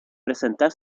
presentar